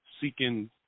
seeking